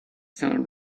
sun